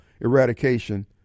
eradication